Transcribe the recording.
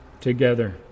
together